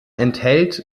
enthält